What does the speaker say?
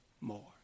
more